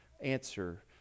answer